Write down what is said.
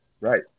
Right